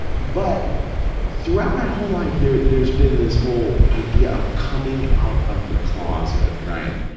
but throughout my whole life, there's there's been this whole idea of coming out of the closet, right.